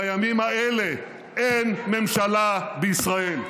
בימים האלה אין ממשלה בישראל.